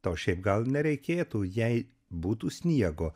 to šiaip gal nereikėtų jei būtų sniego